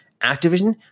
Activision